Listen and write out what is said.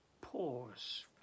pause